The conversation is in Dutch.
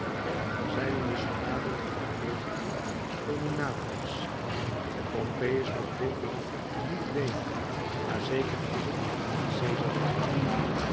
zeiden de soldaten van het legioen fulminatrix pompejus mocht ditmaal niet weenen maar zeker is het dat